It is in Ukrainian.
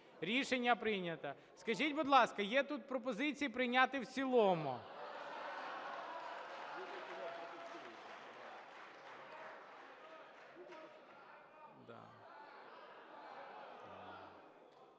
Рішення прийнято. Скажіть, будь ласка, є тут пропозиції прийняти в цілому?